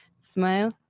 smile